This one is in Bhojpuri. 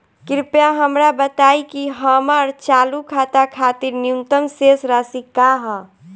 कृपया हमरा बताइं कि हमर चालू खाता खातिर न्यूनतम शेष राशि का ह